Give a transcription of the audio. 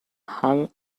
hung